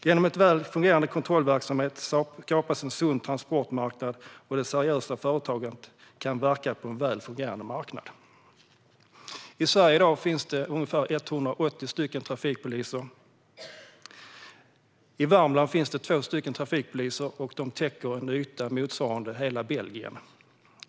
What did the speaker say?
Genom en väl fungerande kontrollverksamhet skapas en sund transportmarknad, och de seriösa företagen kan verka på en väl fungerande marknad. I Sverige finns det i dag ungefär 180 trafikpoliser. I Värmland finns det två trafikpoliser som täcker en yta motsvarande hela Belgien.